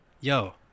Yo